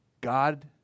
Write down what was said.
God